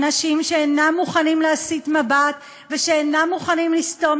אנשים שאינם מוכנים להסיט מבט ואינם מוכנים לסתום